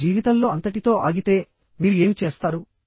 మీ జీవితంలో అంతటితో ఆగితే మీరు ఏమి చేస్తారు